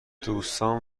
دوستان